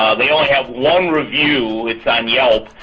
they only have one review. it's on yelp,